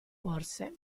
porse